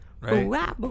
Right